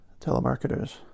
telemarketers